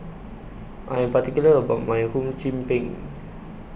I Am particular about My Hum Chim Peng